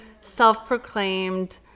self-proclaimed